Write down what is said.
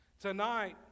Tonight